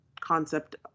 concept